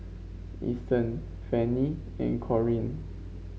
Ethen Fannie and Corean